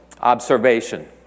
observation